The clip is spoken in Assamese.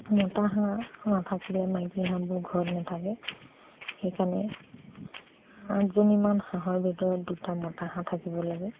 মতা হাঁহ নাথাকিলে মাইকী হাঁহবোৰ ঘৰত নাথাকে সেইকাৰণে আঠজনীমান হাঁহৰ ভিতৰত দুটা মতা হাঁহ থাকিব লাগে